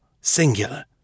singular